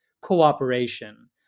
cooperation